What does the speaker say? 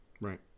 Right